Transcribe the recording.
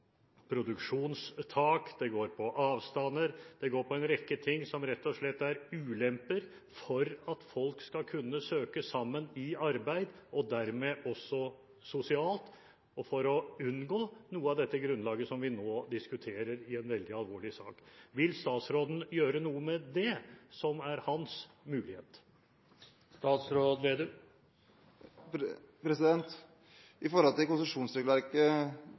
produksjonstak, det går på avstander, det går på en rekke ting som rett og slett er ulemper for at folk skal kunne søke sammen i arbeid – og dermed også sosialt – og for å unngå noe av dette grunnlaget som vi nå diskuterer i en veldig alvorlig sak. Vil statsråden gjøre noe med dette, som er hans mulighet?